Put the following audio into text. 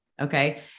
Okay